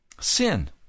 sin